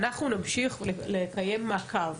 אנחנו נמשיך לקיים מעקב